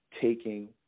taking